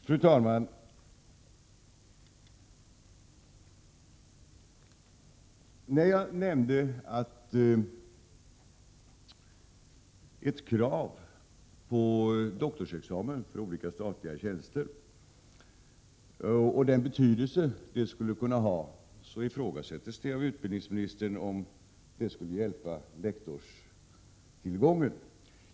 Fru talman! När jag nämnde den betydelse som ett krav på doktorsexamen för olika statliga tjänster skulle kunna ha, så ifrågasätter utbildningsministern om det skulle ha någon effekt på lektorstillgången.